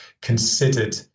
considered